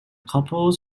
couple